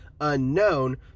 unknown